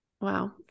Wow